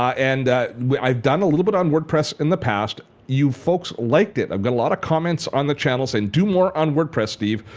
ah and i've done a little bit on wordpress in the past. you folks liked it. i've got a lot of comments on the channels saying and do more on wordpress, steve,